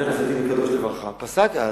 זכר צדיק וקדוש לברכה, פסק אז,